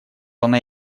она